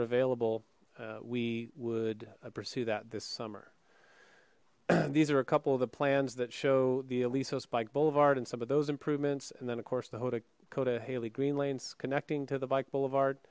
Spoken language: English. are available we would pursue that this summer these are a couple of the plans that show the aliso spike boulevard and some of those improvements and then of course the whole dakota hayley green lanes connecting to the bike boulevard